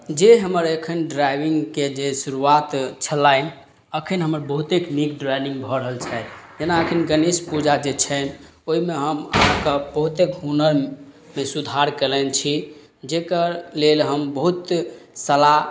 जे हमर एखन ड्राइविंगके जे शुरुआत छलनि एखन हमर बहुतेक नीक ड्राइनिंग भऽ रहल छनि जेना एखन गणेश पूजा जे छनि ओइमे हम अहाँक बहुतेक हुनरमे सुधार कयलनि छी जकर लेल हम बहुत सलाह